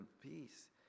peace